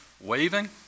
waving